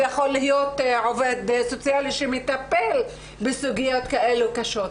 להיות עובד סוציאלי שמטפל בסוגיות כאלו קשות.